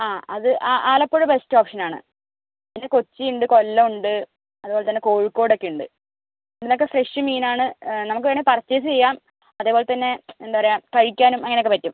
ആ അത് ആലപ്പുഴ ബെസ്ററ് ഒപ്ഷനാണ് പിന്നെ കൊച്ചിയുണ്ട് കൊല്ലമുണ്ട് അത്പോലെത്തന്നെ കോഴിക്കോടൊക്കെയുണ്ട് ഇവിടെ നിന്നൊക്കെ ഫ്രഷ് മീനാണ് നമുക്ക് വേണേൽ പർച്ചേസ് ചെയ്യാം അതേപോലെത്തന്നെ എന്താ പറയുക കഴിക്കാനും അങ്ങനെയൊക്കെ പറ്റും